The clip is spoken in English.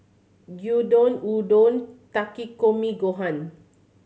Gyudon Udon Takikomi Gohan